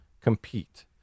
compete